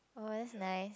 or else is nice